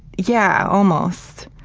yeah. almost.